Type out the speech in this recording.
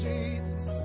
Jesus